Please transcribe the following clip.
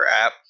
app